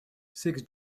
six